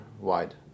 wide